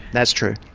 that's true.